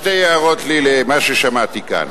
שתי הערות לי על מה ששמעתי כאן.